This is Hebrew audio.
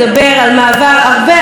לאנרגיה מתחדשת,